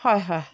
হয় হয়